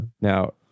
Now